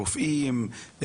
רופאים,